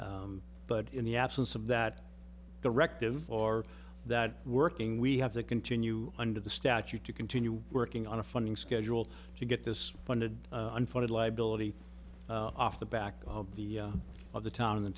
but in the absence of that directive or that working we have to continue under the statute to continue working on a funding schedule to get this funded unfunded liability off the back of the of the town in the